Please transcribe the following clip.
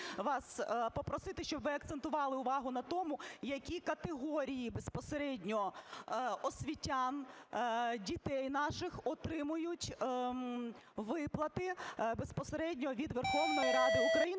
вас попросити, щоб ви акцентували увагу на тому, які категорії безпосередньо освітян, дітей наших отримають виплати безпосередньо від Верховної Ради України,